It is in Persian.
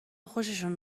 خوششون